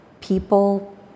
people